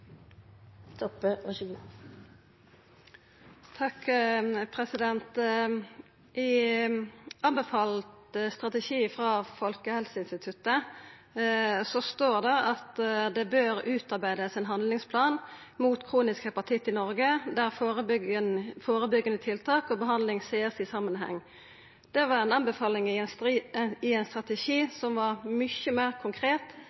frå Folkehelseinstituttet står det at det i Noreg «bør utarbeides en handlingsplan mot kronisk hepatitt der forebyggende tiltak og behandling ses i sammenheng». Det var ei anbefaling i ein strategi som var mykje meir konkret